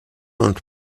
und